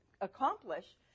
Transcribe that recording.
accomplish